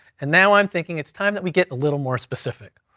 and now i'm thinking it's time that we get a little more specific.